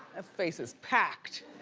face is packed.